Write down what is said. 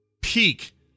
peak